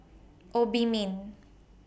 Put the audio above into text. Obimin